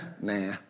Nah